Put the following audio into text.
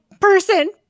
person